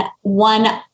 one